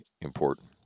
important